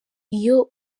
iyo